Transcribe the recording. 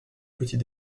petit